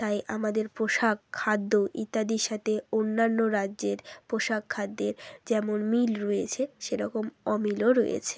তাই আমাদের পোশাক খাদ্য ইত্যাদির সাথে অন্যান্য রাজ্যের পোশাক খাদ্যের যেমন মিল রয়েছে সেরকম অমিলও রয়েছে